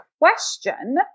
question